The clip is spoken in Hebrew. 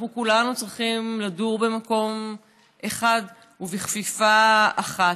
וכולנו צריכים לדור במקום אחד ובכפיפה אחת.